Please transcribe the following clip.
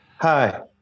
Hi